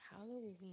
Halloween